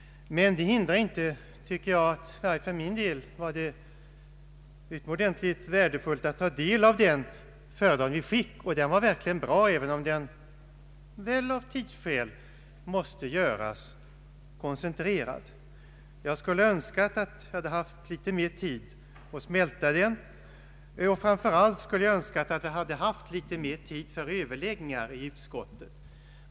Det hindrar inte att det för min del var utomordentligt värdefullt att ta del av den föredragning vi fick. Den var verkligen bra, även om den av tidsskäl måste göras mycket koncentrerad. Jag skulle ha önskat mer tid att smälta den och framför allt litet mer tid för överläggningar i utskottet.